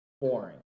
boring